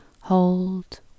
hold